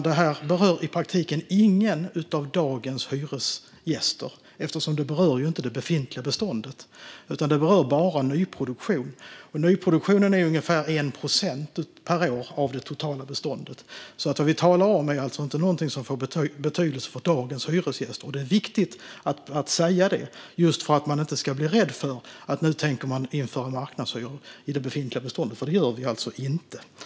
Detta berör i praktiken ingen av dagens hyresgäster, eftersom det inte berör det befintliga beståndet utan bara nyproduktion. Nyproduktionen är ungefär 1 procent per år av det totala beståndet. Det som vi talar om är alltså inte någonting som får betydelse för dagens hyresgäster. Det är viktigt att säga det just för att människor inte ska bli rädda för att vi nu tänker införa marknadshyror i det befintliga beståndet. Det gör vi alltså inte.